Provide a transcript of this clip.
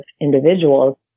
individuals